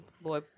boy